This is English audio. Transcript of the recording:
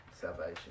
salvation